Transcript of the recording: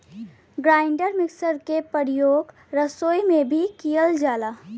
grinder mixer के परियोग रसोई में भी कइल जाला